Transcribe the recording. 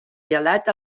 gelat